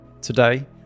Today